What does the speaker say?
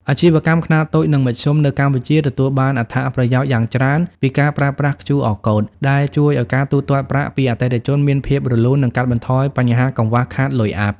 អាជីវកម្មខ្នាតតូច និងមធ្យមនៅកម្ពុជាទទួលបានអត្ថប្រយោជន៍យ៉ាងច្រើនពីការប្រើប្រាស់ (QR Code) ដែលជួយឱ្យការទូទាត់ប្រាក់ពីអតិថិជនមានភាពរលូន និងកាត់បន្ថយបញ្ហាកង្វះខាតលុយអាប់។